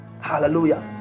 Hallelujah